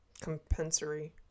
compensatory